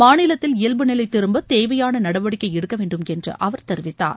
மாநிலத்தில் இயல்பு நிலை திரும்ப தேவையான நடவடிக்கை எடுக்க வேண்டும் என்று அவர் தெரிவித்தார்